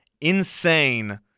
insane